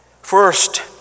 First